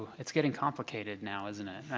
it's getting complicated now, isn't it?